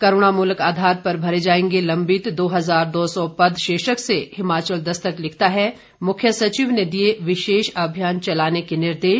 करूणामूलक आधार पर भरे जाएंगे लंबित दो हजार दो सौ पद शीर्षक से हिमाचल दस्तक लिखता है मुख्य सचिव ने दिए विशेष अभियान चलाने के निर्देश